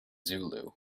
zulu